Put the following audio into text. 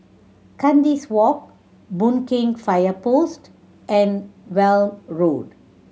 Kandis Walk Boon Keng Fire Post and Welm Road